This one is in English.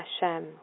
Hashem